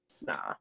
nah